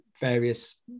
various